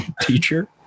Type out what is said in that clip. teacher